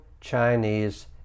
Chinese